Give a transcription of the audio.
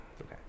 Okay